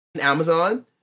Amazon